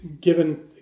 given